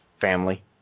family